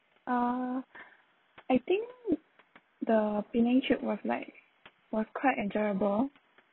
uh I think the penang trip was like was quite enjoyable